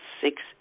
six